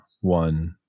one